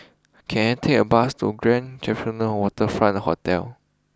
can I take a bus to Grand Copthorne Waterfront Hotel